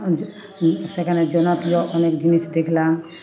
সেখানে জনপ্রিয় অনেক জিনিস দেখলাম